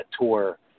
tour